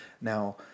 Now